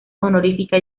honorífica